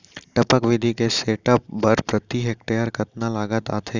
टपक विधि के सेटअप बर प्रति हेक्टेयर कतना लागत आथे?